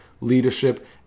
leadership